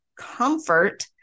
comfort